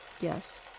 Yes